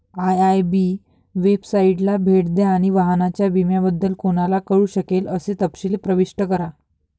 IIB वेबसाइटला भेट द्या आणि वाहनाच्या विम्याबद्दल कोणाला कळू शकेल असे तपशील प्रविष्ट करा